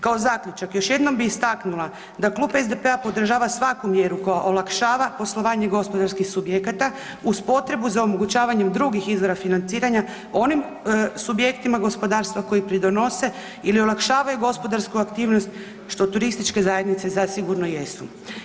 Kao zaključak, još jednom bih istaknula da Klub SDP-a podržava svaku mjeru koja olakšava poslovanje gospodarskih subjekata uz potrebu za omogućavanjem drugih izvora financiranja onim subjektima gospodarstva koji pridonose ili olakšavaju gospodarsku aktivnost, što turističke zajednice zasigurno jesu.